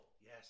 Yes